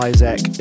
Isaac